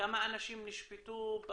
כמה אנשים נשפטו?